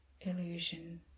illusion